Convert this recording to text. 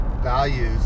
values